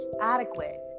adequate